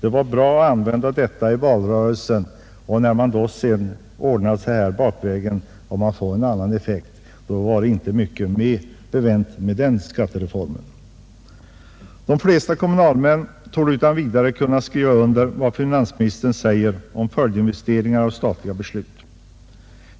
Det var bra att använda skattereformen i valrörelsen, men när man sedan bakvägen ordnar så att det hela får en annan effekt, var det inte "mycket bevänt med reformen. De flesta kommunalmän torde utan vidare kunna skriva under vad finansministern säger om följdinvesteringar som föranletts av statliga beslut.